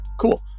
cool